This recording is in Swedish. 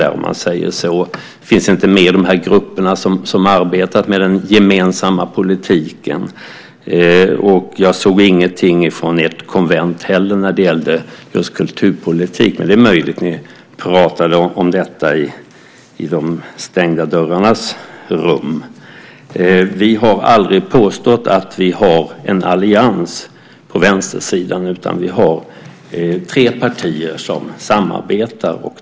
Den finns inte med i de grupper som har arbetat med den gemensamma politiken. Jag såg inte heller någonting från ert konvent när det gällde just kulturpolitik. Men det är möjligt att ni pratade om detta i de stängda dörrarnas rum. Vi har aldrig påstått att vi har en allians på vänstersidan, utan vi är tre partier som samarbetar.